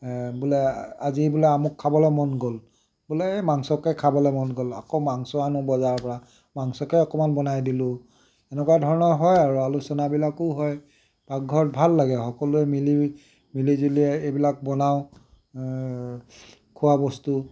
বোলে আজি বোলে আমুক খাবলৈ মন গ'ল বোলে এই মাংসকে খাবলৈ মন গ'ল আকৌ মাংস আনোঁ বজাৰৰপৰা মাংসকে অকমান বনাই দিলোঁ এনেকুৱা ধৰণৰ হয় আৰু আলোচনাবিলাকো হয় পাকঘৰত ভাল লাগে সকলোৱে মিলি জুলি এইবিলাক বনাওঁ খোৱাবস্তু